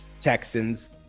Texans